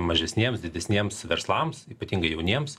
mažesniems didesniems verslams ypatingai jauniems